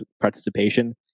participation